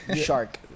Shark